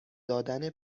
دادن